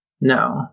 No